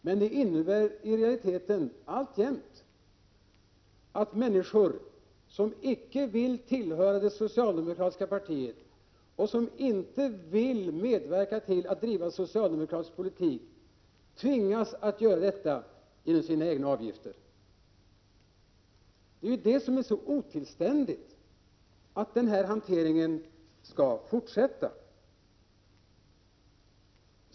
Men det innebär i realiteten att människor som icke vill tillhöra det socialdemokratiska partiet och som icke vill medverka till att driva socialdemokratisk politik tvingas att göra det genom sina medlemsavgifter. Det är otillständigt att den här hanteringen skall fortsätta.